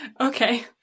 Okay